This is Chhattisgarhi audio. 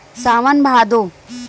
सावन भादो